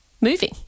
moving